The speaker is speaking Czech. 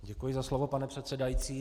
Děkuji za slovo, pane předsedající.